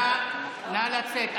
נא לצאת.